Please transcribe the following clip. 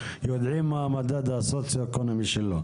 יודעים מהו המדד הסוציו-אקונומי של כל יישוב.